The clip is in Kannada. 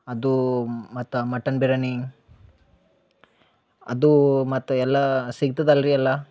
ಅದು ಮತ್ತು ಆ ಮಟನ್ ಬಿರ್ಯಾನಿ ಅದು ಮತ್ತು ಎಲ್ಲ ಸಿಕ್ತದಲ್ರಿ ಎಲ್ಲ